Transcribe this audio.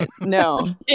no